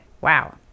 Wow